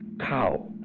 cow